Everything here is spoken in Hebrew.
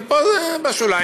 ופה זה בשוליים,